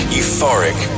euphoric